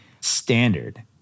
standard